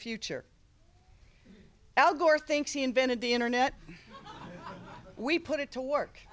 future al gore thinks he invented the internet we put it to work